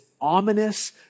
ominous